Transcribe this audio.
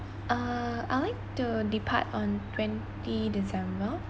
uh I'd like to depart on twenty december